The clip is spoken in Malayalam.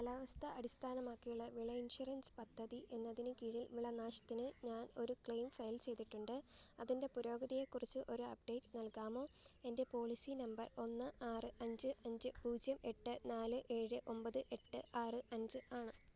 കാലാവസ്ഥ അടിസ്ഥാനമാക്കിയുള്ള വിള ഇൻഷുറൻസ് പദ്ധതി എന്നതിന് കീഴിൽ വിളനാശത്തിന് ഞാൻ ഒരു ക്ലെയിം ഫയൽ ചെയ്തിട്ടുണ്ട് അതിൻ്റെ പുരോഗതിയെക്കുറിച്ച് ഒരു അപ്ഡേറ്റ് നൽകാമോ എൻ്റെ പോളിസി നമ്പർ ഒന്ന് ആറ് അഞ്ച് അഞ്ച് പൂജ്യം എട്ട് നാല് ഏഴ് ഒമ്പത് എട്ട് ആറ് അഞ്ച് ആണ്